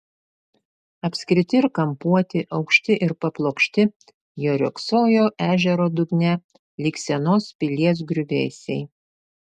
apskriti ir kampuoti aukšti ir paplokšti jie riogsojo ežero dugne lyg senos pilies griuvėsiai